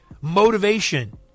motivation